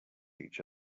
each